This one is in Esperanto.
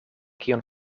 kion